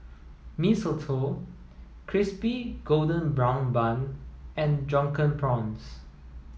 Mee Soto crispy golden brown bun and drunken prawns